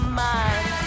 mind